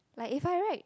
like if I write